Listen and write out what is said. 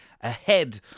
ahead